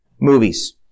Movies